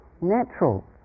natural